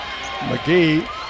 McGee